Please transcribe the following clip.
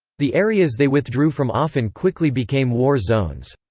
the areas they withdrew from often quickly became war zones.